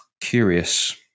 curious